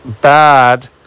bad